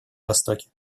востоке